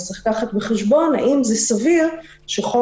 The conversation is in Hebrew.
אז צריך להביא בחשבון האם זה סביר שחוק